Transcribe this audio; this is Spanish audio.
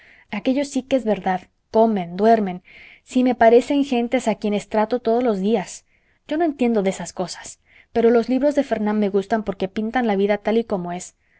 que es verdad comen duermen si me parecen gentes a quienes trato todos los días yo no entiendo de esas cosas pero los libros de fernán me gustan porque pintan la vida tal y como es